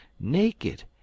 naked